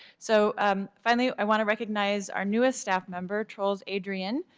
so um finally i want to recognize our newest staff member, trols adrianne,